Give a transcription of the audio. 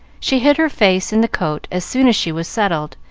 she hid her face in the coat as soon as she was settled,